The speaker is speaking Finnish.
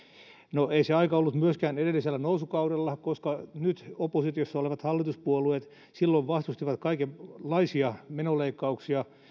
no ei se aika ollut myöskään edellisellä nousukaudella koska silloin oppositiossa olleet nykyiset hallituspuolueet vastustivat kaikenlaisia menoleikkauksia